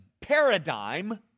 paradigm